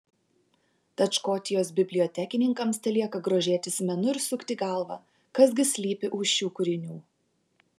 tad škotijos bibliotekininkams telieka grožėtis menu ir sukti galvą kas gi slypi už šių kūrinių